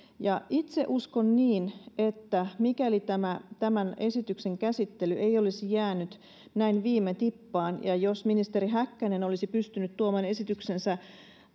itse uskon niin että jos tämän esityksen käsittely ei olisi jäänyt näin viime tippaan ja jos ministeri häkkänen olisi pystynyt tuomaan esityksensä